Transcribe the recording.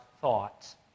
thoughts